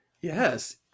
Yes